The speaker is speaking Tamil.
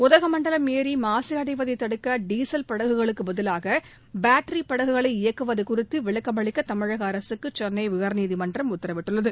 உதகமண்டலம் ஏரி மாசு அடைவதை தடுக்க டீசல் படகுகளுக்கு பதிவாக பேட்டரி படகுகளை இயக்குவது குறித்து விளக்கமளிக்க தமிழக அரசுக்கு சென்னை உயா்நீதிமன்றம் உத்தரவிட்டுள்ளது